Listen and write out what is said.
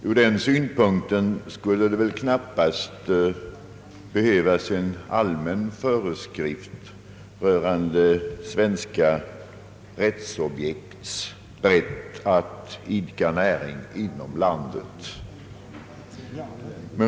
Ur den synpunkten skulle det väl knappast behövas en allmän föreskrift rörande svenska rättssubjekts rätt att idka näring inom landet.